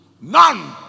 None